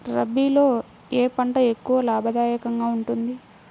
రబీలో ఏ పంట ఎక్కువ లాభదాయకంగా ఉంటుంది?